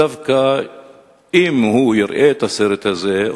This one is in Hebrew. דווקא אם הוא יראה את הסרט הזה,